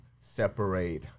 separate